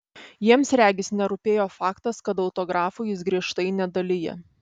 jiems regis nerūpėjo faktas kad autografų jis griežtai nedalija